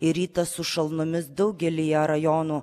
ir rytą su šalnomis daugelyje rajonų